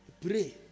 Pray